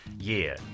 year